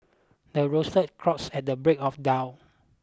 the roasted crows at the break of dull